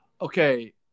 Okay